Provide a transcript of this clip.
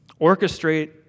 orchestrate